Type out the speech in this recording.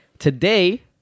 Today